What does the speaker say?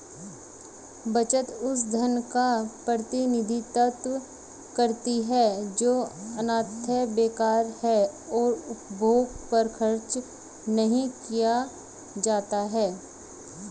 बचत उस धन का प्रतिनिधित्व करती है जो अन्यथा बेकार है और उपभोग पर खर्च नहीं किया जाता है